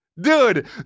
Dude